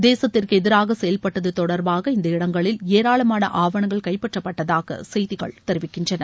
தேசத்திற்கு எதிராக செயல்பட்டது தொடர்பாக இந்த இடங்களில் ஏராளமான ஆவனங்கள் கைப்பற்றப்பட்டதாக செய்திகள் தெரிவிக்கின்றன